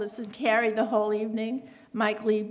to carry the whole evening mike lee